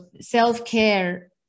self-care